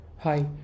Hi